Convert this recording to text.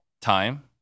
Time